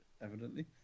Evidently